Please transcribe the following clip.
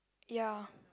ya